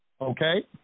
Okay